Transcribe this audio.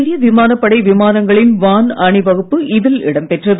இந்திய விமானப்படை விமானங்களின் வான் அணிவகுப்பு இதில் இடம் பெற்றது